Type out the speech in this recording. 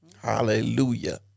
Hallelujah